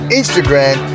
instagram